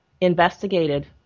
investigated